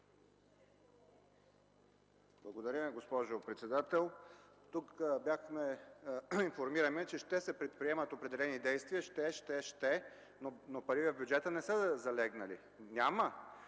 Благодаря, госпожо председател. Тук бяхме информирани, че ще се предприемат определени действия – ще..., ще..., ще..., но пари в бюджета не са залегнали! Няма!